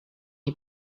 you